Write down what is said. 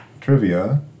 Trivia